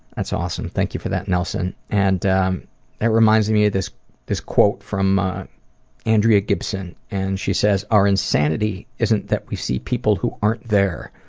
that's awesome, thank you for that, nelson. and um that reminds me of this quote from andrea gibson, and she says our insanity isn't that we see people who aren't there,